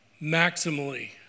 maximally